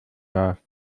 darf